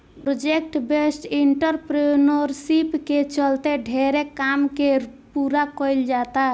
project based entrepreneurship के चलते ढेरे काम के पूरा कईल जाता